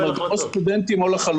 זה אומר שהוא סטודנטים או לא משכילים.